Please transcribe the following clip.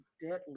deadly